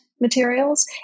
materials